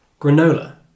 Granola